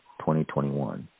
2021